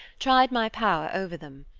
tried my power over them.